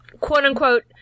quote-unquote